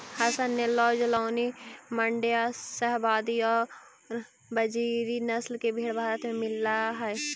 हसन, नैल्लोर, जालौनी, माण्ड्या, शाहवादी और बजीरी नस्ल की भेंड़ भारत में मिलअ हई